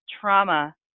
trauma